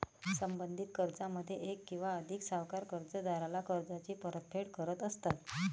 संबंधित कर्जामध्ये एक किंवा अधिक सावकार कर्जदाराला कर्जाची परतफेड करत असतात